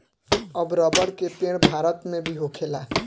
अब रबर के पेड़ भारत मे भी होखेला